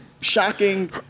shocking